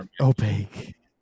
Opaque